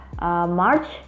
March